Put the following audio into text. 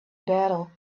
battle